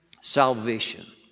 salvation